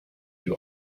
you